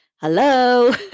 hello